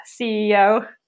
CEO